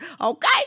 okay